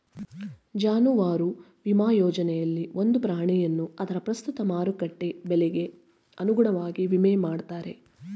ಜಾನುವಾರು ವಿಮಾ ಯೋಜನೆಯಲ್ಲಿ ಒಂದು ಪ್ರಾಣಿಯನ್ನು ಅದರ ಪ್ರಸ್ತುತ ಮಾರುಕಟ್ಟೆ ಬೆಲೆಗೆ ಅನುಗುಣವಾಗಿ ವಿಮೆ ಮಾಡ್ತಾರೆ